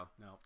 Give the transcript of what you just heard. No